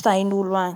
mihintsy amindreo agny